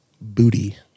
booty